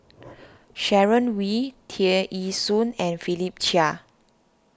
Sharon Wee Tear Ee Soon and Philip Chia